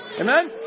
Amen